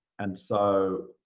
and so